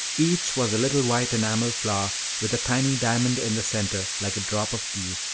each was a little white enamel flower with a tiny diamond in the centre, like a drop of dew. you